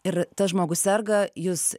ir tas žmogus serga jūs